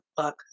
fuck